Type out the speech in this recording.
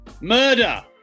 Murder